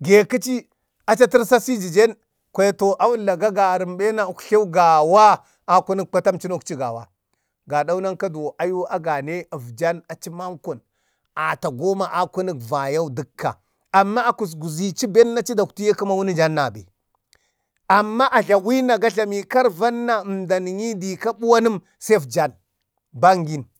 gaikaci acha tərsasi jijen ee to awun raga a garəm ɓena uktlew gawa a kunək patam cuno. aci gawa gadau nanka duwon ayu agane efjan acimanko atagoma a kunək vayan dəkka. Amma kuzkuzichi benna achi da kwtiye kəma wunujam nabe. Amma ajlawina ga jlami karvan na əmdaniyyi desa buwansa sai afjan, bangin.